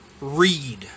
read